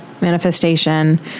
manifestation